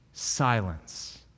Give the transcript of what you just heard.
Silence